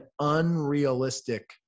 unrealistic